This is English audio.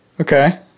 Okay